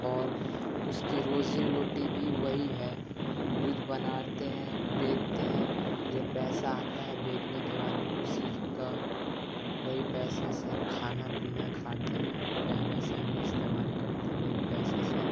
اور اس کی روزی روٹی بھی وہی ہے بدھ بناتے ہیں بیکتے ہیں جو پیسہ آتا ہے بیکنے کے بعد اسی کا وہی پیسہ سے کھانا پینا کھاتے ہیں رہنا سہنا استعمال کرتے ہیں وہی پیسہ سے